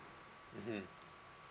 mmhmm